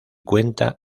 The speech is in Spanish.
cuenta